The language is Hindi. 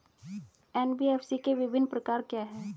एन.बी.एफ.सी के विभिन्न प्रकार क्या हैं?